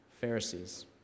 Pharisees